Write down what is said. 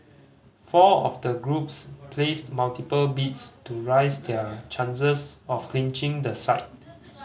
four of the groups placed multiple bids to rise their chances of clinching the site